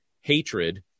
hatred